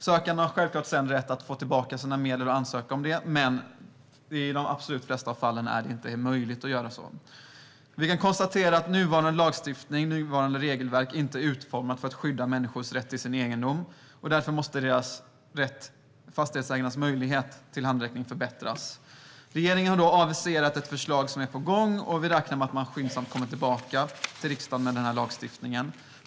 Sökanden har självklart rätt att sedan få tillbaka sina medel och får ansöka om det, men i de absolut flesta fallen är det inte möjligt att göra så här. Vi kan konstatera att nuvarande lagstiftning och regelverk inte är utformade för att skydda människors rätt till sin egendom och att fastighetsägarnas möjlighet till handräckning måste förbättras. Regeringen har aviserat ett förslag som är på gång, och vi räknar med att man skyndsamt kommer tillbaka till riksdagen med lagstiftningen.